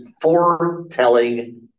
foretelling